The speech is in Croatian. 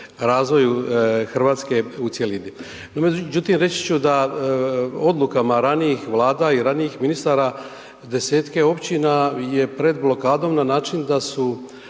razvoju Hrvatske u cjelini. Međutim, reći ću da odlukama ranijih Vlada i ranijih ministara, 10-ke općina je pred blokadom na način da su